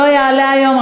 לא יעלה היום,